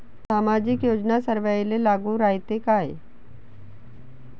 सामाजिक योजना सर्वाईले लागू रायते काय?